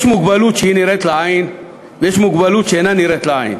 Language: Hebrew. יש מוגבלות שנראית לעין ויש מוגבלות שאינה נראית לעין,